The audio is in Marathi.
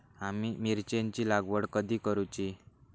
आम्ही मिरचेंची लागवड कधी करूची?